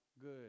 good